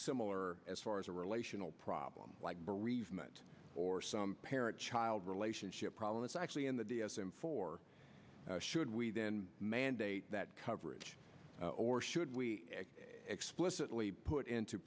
similar as far as a relational problem like bereavement or some parent child relationship problem is actually in the d s m four should we then mandate that coverage or should we explicitly put into